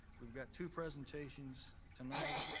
we've got two presentations tonight.